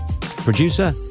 producer